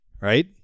right